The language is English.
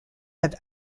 have